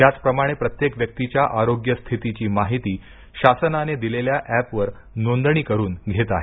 त्याचप्रमाणे प्रत्येक व्यक्तीच्या आरोग्य स्थितीची माहिती शासनाने दिलेल्या एपवर नोंदणी करून घेत आहेत